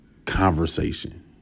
conversation